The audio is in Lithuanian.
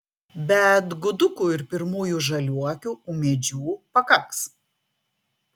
bet gudukų ir pirmųjų žaliuokių ūmėdžių pakaks